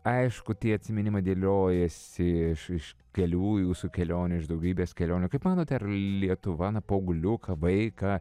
aišku tie atsiminimai dėliojasi iš iš kelių jūsų kelionių iš daugybės kelionių kaip manote ar lietuva na paaugliuką vaiką